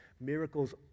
Miracles